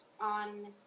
on